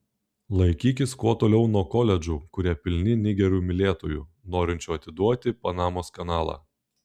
laikykis kuo toliau nuo koledžų kurie pilni nigerių mylėtojų norinčių atiduoti panamos kanalą